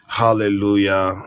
hallelujah